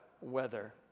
weather